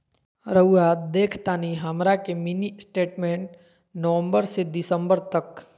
रहुआ देखतानी हमरा के मिनी स्टेटमेंट नवंबर से दिसंबर तक?